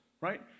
right